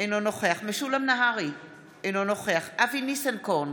אינו נוכח אופיר סופר,